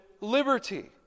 liberty